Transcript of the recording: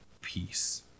peace